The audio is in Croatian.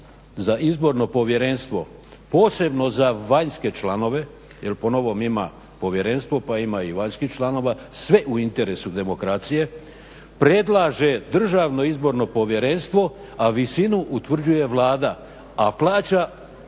za izborno povjerenstvo posebno za vanjske članove jer po novom ima povjerenstvo pa ima i vanjskih sve u interesu demokracije predlaže Državno izborno povjerenstvo a visinu utvrđuje Vlada a plaća